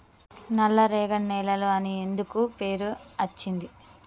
నల్లరేగడి నేలలు అని ఎందుకు పేరు అచ్చింది?